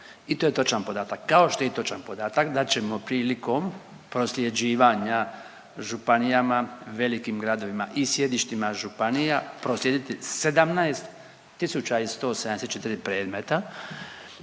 I to je točan podatak kao što je i točan podatak da ćemo prilikom prosljeđivanja županijama, velikim gradovima i sjedištima županija proslijediti 17.174 predmeta,